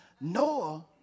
Noah